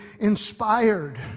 inspired